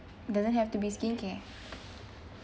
doesn't have to be skincare